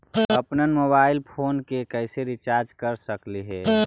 अप्पन mobile phone के कैसे रिचार्ज कर सकली हे?